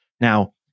now